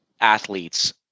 athletes